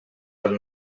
pel